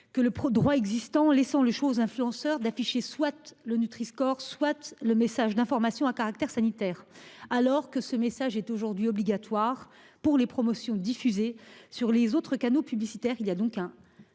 que le droit existant, car elles laissent aux influenceurs le choix d'afficher soit le Nutri-score, soit le message d'information à caractère sanitaire, alors que ce message est obligatoire pour les promotions diffusées sur les autres canaux publicitaires. Il y a donc là